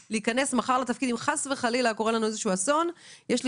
שכוונת המחוקק הייתה שכאשר קורה אסון כזה אז צריך